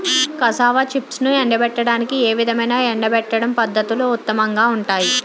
Cassava చిప్స్ను ఎండబెట్టడానికి ఏ విధమైన ఎండబెట్టడం పద్ధతులు ఉత్తమంగా ఉంటాయి?